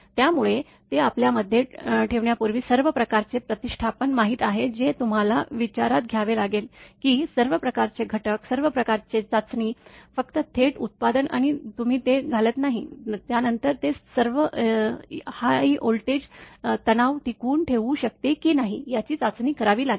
त्यामुळे ते आपल्यामध्ये ठेवण्यापूर्वी सर्व प्रकारचे प्रतिष्ठापन माहीत आहे जे तुम्हाला विचारात घ्यावे लागेल की सर्व प्रकारचे घटक सर्व प्रकारची चाचणी फक्त थेट उत्पादन आणि तुम्ही ते घालत नाही त्यानंतर ते सर्व हाय व्होल्टेज तणाव टिकवून ठेवू शकते की नाही याची चाचपणी करावी लागेल